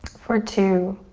for two,